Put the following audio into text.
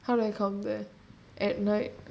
how do I come there at night